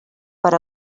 per